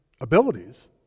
abilities